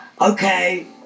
okay